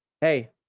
hey